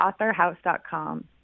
AuthorHouse.com